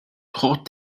trop